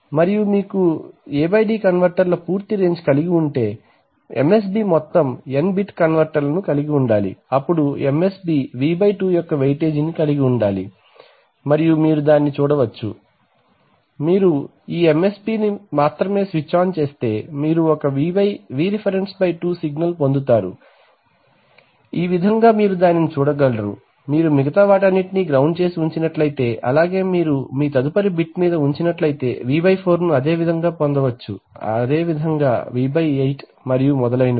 మరియు మీరు A D కన్వర్టర్ల పూర్తి రేంజ్ కలిగి ఉంటే MSB మొత్తం n బిట్స్ కన్వర్టర్ ను కలిగి ఉండాలి అప్పుడు MSB V 2 యొక్క వెయిటేజీని కలిగి ఉండాలి మరియు మీరు దానిని చూడవచ్చు మీరు ఈ MSB ని మాత్రమే స్విచ్ ఆన్ చేస్తే మీరు ఒక Vref2 సిగ్నల్ పొందుతారు ఈ విధంగా మీరు దానిని చూడగలరు మీరు మిగతా వాటన్నిటినీ గ్రౌండ్ చేసి ఉంచినట్లయితే అలాగే మీరు మీ తదుపరి బిట్ మీద ఉంచినట్లయితే V4 ను అదే విధంగా పొందవచ్చు అదే విధముగా V8 మరియు మొదలైనవి